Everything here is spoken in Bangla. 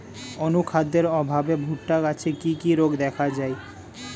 অনুখাদ্যের অভাবে ভুট্টা গাছে কি কি রোগ দেখা যায়?